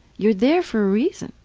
you're there for a reason.